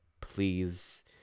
Please